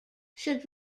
should